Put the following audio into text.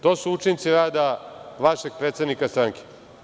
To su učinci rada vašeg predsednika stranke.